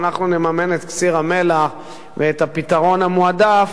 נממן את קציר המלח ואת הפתרון המועדף,